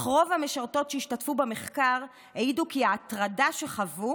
אך רוב המשרתות שהשתתפו במחקר העידו כי ההטרדה שחוו